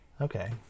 Okay